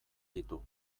ditu